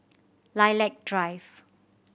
Lilac Drive